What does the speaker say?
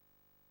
התשע"ח